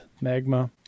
Magma